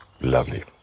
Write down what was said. Lovely